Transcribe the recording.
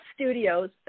Studios